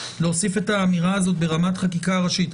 להוסיף את האמירה הזאת ברמת חקיקה ראשית?